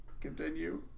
Continue